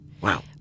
Wow